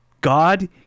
God